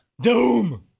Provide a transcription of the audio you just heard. doom